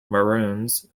maroons